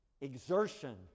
exertion